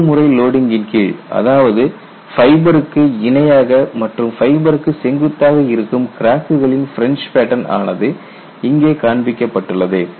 கலப்பு முறை லோடிங்கின் கீழ் அதாவது ஃபைபருக்கு இணையாக மற்றும் ஃபைபருக்கு செங்குத்தாக இருக்கும் கிராக்குகளின் பிரின்ஜ் பேட்டன் ஆனது இங்கே காண்பிக்கப்பட்டுள்ளது